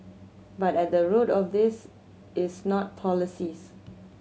but at the root of this is not policies